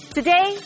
Today